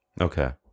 Okay